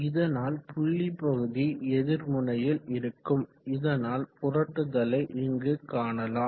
இதனால் புள்ளி பகுதி எதிர்முனையில் இருக்கும் இதனால் புரட்டுதலை இங்கு காணலாம்